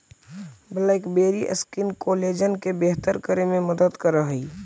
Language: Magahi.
ब्लैकबैरी स्किन कोलेजन के बेहतर करे में मदद करऽ हई